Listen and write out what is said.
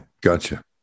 Gotcha